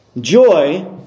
Joy